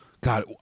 God